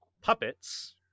puppets